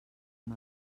amb